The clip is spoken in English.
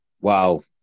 Wow